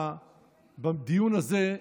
בדיון הזה,